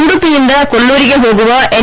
ಉಡುಪಿಯಿಂದ ಕೊಲ್ಲೂರಿಗೆ ಹೋಗುವ ಎನ್